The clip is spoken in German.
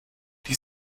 die